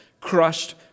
crushed